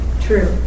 true